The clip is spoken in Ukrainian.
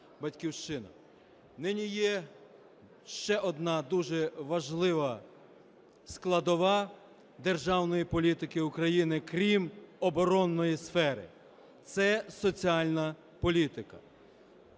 Нині є ще одна дуже важлива складова державної політики України, крім оборонної сфери, – це соціальна політика.